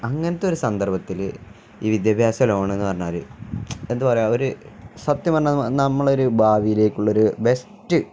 അങ്ങനത്തെ ഒരു സന്ദർഭത്തില് ഈ വിദ്യാഭ്യാസ ലോണെന്നു പറഞ്ഞാല് എന്താണു പറയുക ഒരു സത്യം പറഞ്ഞാല് നമ്മളൊരു ഭാവിയിലേക്കുള്ളൊരു ബെസ്റ്റ്